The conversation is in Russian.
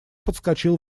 подскочил